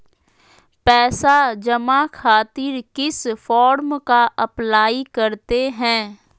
पैसा जमा खातिर किस फॉर्म का अप्लाई करते हैं?